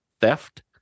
theft